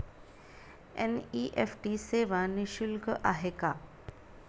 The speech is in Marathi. एन.इ.एफ.टी सेवा निःशुल्क आहे का?